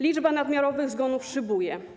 Liczba nadmiarowych zgonów szybuje.